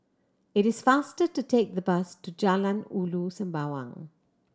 it is faster to take the bus to Jalan Ulu Sembawang